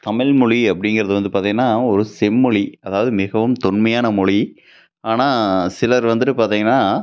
தமிழ் மொழி அப்படிங்கிறது வந்து பார்த்தீங்கன்னா ஒரு செம்மொழி அதாவது மிகவும் தொன்மையான மொழி ஆனால் சிலர் வந்துவிட்டு பார்த்தீங்கன்னா